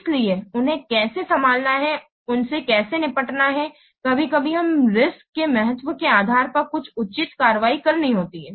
इसलिए उन्हें कैसे संभालना है उनसे कैसे निपटना है कभी कभी हमें रिस्क्स के महत्व के आधार पर कुछ उचित कार्रवाई करनी होती है